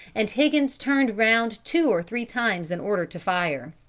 and higgins turned round two or three times in order to fire.